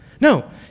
No